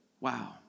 Wow